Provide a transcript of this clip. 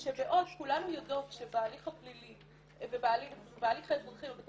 ושבעוד שכולנו יודעות שבהליך הפלילי ובהליך האזרחי בבתי